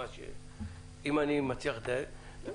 אם אני מצליח לדייק,